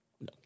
No